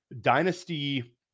Dynasty